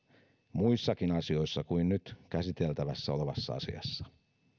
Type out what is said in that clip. muissakin asioissa kuin nyt käsiteltävänä olevassa asiassa